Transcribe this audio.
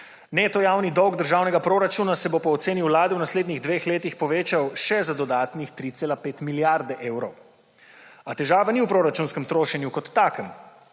Neto javni dolg državnega proračuna se bo po oceni Vlade v naslednjih dveh letih povečal še za dodatnih 3,5 milijarde evrov. A težava ni v proračunskem trošenju kot takem,